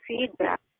feedback